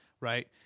right